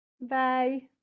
Bye